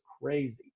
crazy